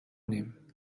nehmen